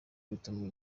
bituma